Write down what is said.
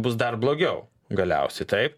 bus dar blogiau galiausiai taip